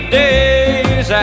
days